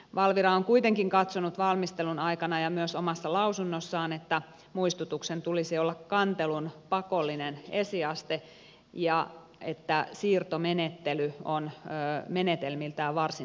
valvira on kuitenkin katsonut valmistelun aikana ja myös omassa lausunnossaan että muistutuksen tulisi olla kantelun pakollinen esiaste ja että siirtomenettely on menetelmiltään varsin raskas